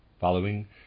Following